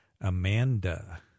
Amanda